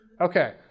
Okay